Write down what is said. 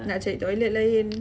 nak cari toilet lain